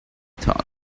thought